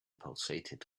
pulsated